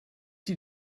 die